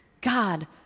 God